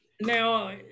Now